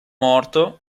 morto